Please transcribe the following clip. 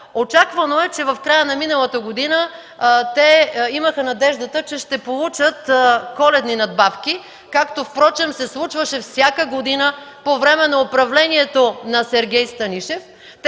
Очаквано е, че в края на миналата година те имаха надеждата, че ще получат коледни надбавки, както впрочем се случваше всяка година по време на управлението на Сергей Станишев